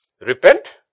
Repent